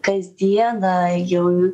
kasdieną jau